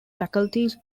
faculties